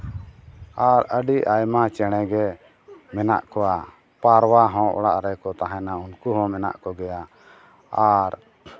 ᱟᱨ ᱟᱹᱰᱤ ᱟᱭᱢᱟ ᱪᱮᱬᱮ ᱜᱮ ᱢᱮᱱᱟᱜ ᱠᱚᱣᱟ ᱯᱟᱨᱣᱟ ᱦᱚᱱ ᱚᱲᱟᱜ ᱨᱮᱠᱚ ᱛᱟᱦᱮᱱᱟ ᱩᱱᱠᱩ ᱦᱚᱱ ᱢᱮᱱᱟᱜ ᱠᱚᱜᱮᱭᱟ ᱟᱨ